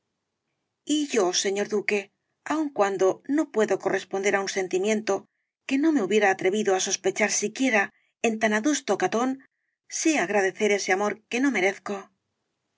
y yo señor duque aun cuando no puedo corresponder á un sentimiento que no me hubiera atrevido á sospechar siquiera en tan adusto catón sé agradecer ese amor que no merezco cómo